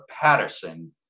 Patterson